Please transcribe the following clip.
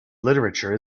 literature